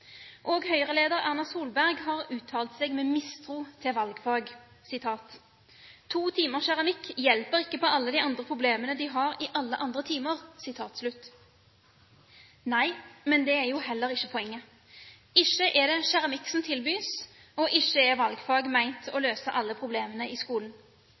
Erna Solberg har uttalt seg med mistro til valgfag: «To timer keramikk hjelper ikke på problemene de har i alle andre timer.» Nei, men det er jo heller ikke poenget. Ikke er det keramikk som tilbys, og ikke er valgfag ment å løse alle problemene i skolen.